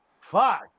Fuck